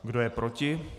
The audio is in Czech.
Kdo je proti?